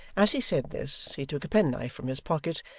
as he said this, he took a penknife from his pocket,